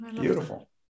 Beautiful